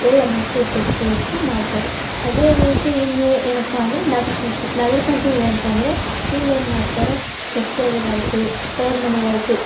ಎಳ್ಳಮವಾಸ್ಯೆ ಯುಕ್ತ ಪ್ರಯುಕ್ತ ಮಾಡ್ತಾರೆ ಅದೇ ರೀತಿ ಇನ್ನೂ ಏನಪ್ಪ ಅಂದರೆ ನಾಗ್ರ ಪಂಚಮಿ ನಾಗರ ಪಂಚಮಿ ಬಂತೆಂದರೆ ಇಲ್ಲೇನು ಮಾಡ್ತಾರೆ ಸೋಸ್ದೋರಿಗಾಯ್ತು ತವ್ರು ಮನೆಗಾಯಿತು